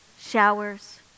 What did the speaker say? showers